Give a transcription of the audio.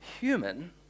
human